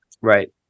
Right